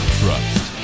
trust